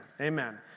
Amen